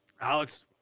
Alex